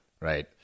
Right